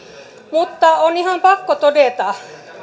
mutta on ihan pakko todeta että